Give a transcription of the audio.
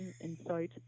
insight